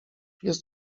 jest